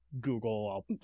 Google